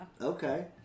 Okay